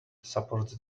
supports